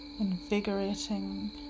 invigorating